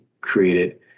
created